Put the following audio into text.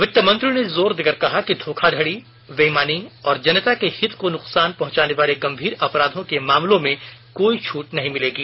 वित्तमंत्री ने जोर देकर कहा कि धोखाधड़ी बेईमानी और जनता के हित को नुकसान पहुंचाने जैसे गंभीर अपराधों को मामलों में कोई छूट नहीं मिलेगी